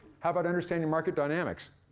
how about understanding market dynamics?